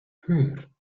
höher